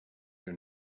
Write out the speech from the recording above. you